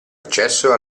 accesso